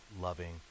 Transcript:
loving